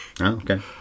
okay